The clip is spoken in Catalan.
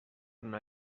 anar